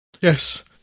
Yes